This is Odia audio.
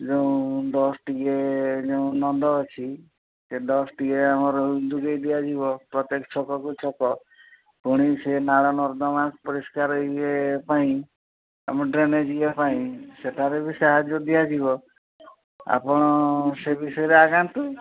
ଯୋଉଁ ଡଷ୍ଟ୍ ୟେ ଯୋଉ ନନ୍ଦ ଅଛି ସେଇ ଡଷ୍ଟ୍ ୟେ ଆମର ଯୋଗେଇ ଦିଆଯିବ ପ୍ରତ୍ୟେକ ଛକକୁ ଛକ ପୁଣି ସେ ନାଳ ନର୍ଦ୍ଦମା ପରିଷ୍କାର ୟେ ପାଇଁ ଆମ ଡ୍ରେନେଜ୍ ୟେ ପାଇଁ ସେଟାରେ ବି ସାହାଯ୍ୟ ଦିଆଯିବ ଆପଣ ସେ ବିଷୟରେ ଆଗାନ୍ତୁ